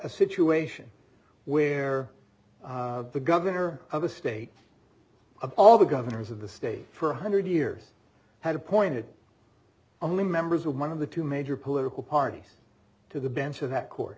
a situation where the governor of a state of all the governors of the state for one hundred years had appointed only members of one of the two major political parties to the bench of that court